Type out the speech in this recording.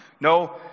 No